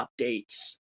updates